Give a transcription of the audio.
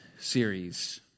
series